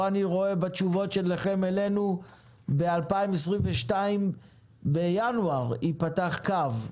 בתשובות שלכם אלינו אני רואה שבינואר 2022 ייפתח קו.